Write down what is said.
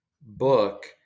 book